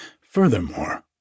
Furthermore